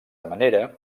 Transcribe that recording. manera